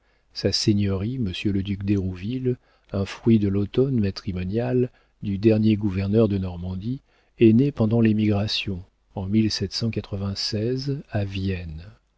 sa seigneurie monsieur le duc d'hérouville un fruit de l'automne matrimonial du dernier gouverneur de normandie est né pendant l'émigration en à vienne